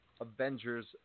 Avengers